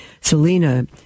Selena